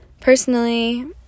Personally